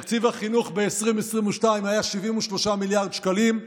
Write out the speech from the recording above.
תקציב החינוך ב-2022 היה 73 מיליארד שקלים,